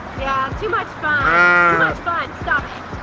yeah, too much fun, too much fun, stop it!